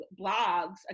blogs